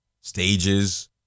stages